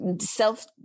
self